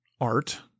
art